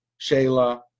Shayla